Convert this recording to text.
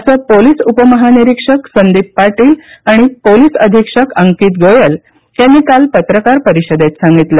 असं पोलिस उपमहानिरीक्षक संदीप पाटील आणि पोलिस अधीक्षक अंकित गोयल यांनी काल पत्रकार परिषदेत सांगितलं